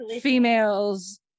females